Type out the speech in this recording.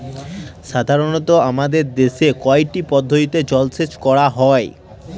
সাধারনত আমাদের দেশে কয়টি পদ্ধতিতে জলসেচ করা হয়?